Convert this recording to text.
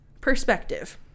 perspective